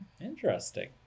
Interesting